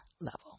level